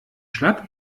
schlapp